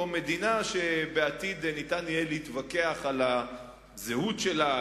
מדינה שבעתיד ניתן יהיה להתווכח על הזהות שלה,